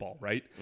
right